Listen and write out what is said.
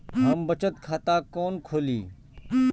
हम बचत खाता कोन खोली?